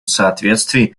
соответствии